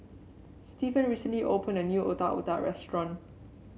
Stephan recently open a new Otak Otak restaurant